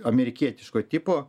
amerikietiško tipo